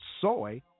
soy